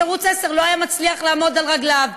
ערוץ 10 לא היה מצליח לעמוד על רגליו.